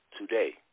today